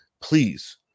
Please